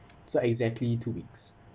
so exactly two weeks